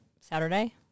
Saturday